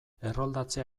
erroldatzea